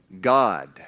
God